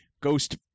ghost